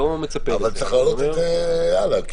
אבל צריך להעלות את זה הלאה,